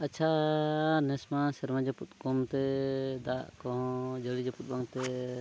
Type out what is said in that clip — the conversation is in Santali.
ᱟᱪᱪᱷᱟ ᱱᱮᱥᱢᱟ ᱥᱮᱨᱢᱟ ᱡᱟᱹᱯᱩᱫ ᱠᱚᱢᱛᱮ ᱫᱟᱜ ᱠᱚᱦᱚᱸ ᱡᱟᱹᱲᱤ ᱡᱟᱹᱯᱩᱫ ᱵᱟᱝᱛᱮ